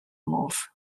move